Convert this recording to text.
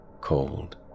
Cold